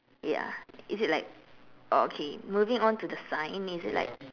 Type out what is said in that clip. ya is it like oh okay moving on to the sign is it like